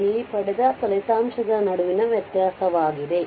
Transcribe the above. ಯಲ್ಲಿ ಪಡೆದ ಫಲಿತಾಂಶದ ನಡುವಿನ ವ್ಯತ್ಯಾಸವಾಗಿದೆ